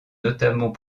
notamment